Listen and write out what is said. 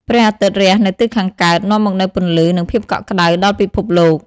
ព្រះអាទិត្យរះនៅទិសខាងកើត នាំមកនូវពន្លឺ និងភាពកក់ក្តៅដល់ពិភពលោក។